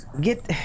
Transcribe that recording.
get